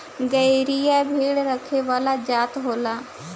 गरेरिया भेड़ रखे वाला जात होला